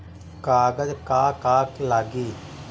कागज का का लागी?